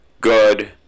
good